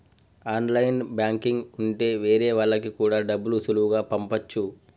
online banking ఉంటె వేరే వాళ్ళకి కూడా డబ్బులు సులువుగా పంపచ్చు